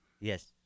Yes